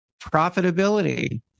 profitability